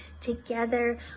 together